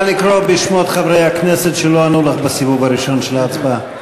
נא לקרוא בשמות חברי הכנסת שלא ענו לך בסיבוב הראשון של ההצבעה.